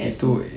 that's me